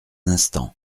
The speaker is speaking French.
instant